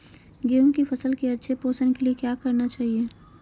गेंहू की फसल के अच्छे पोषण के लिए क्या करना चाहिए?